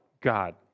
God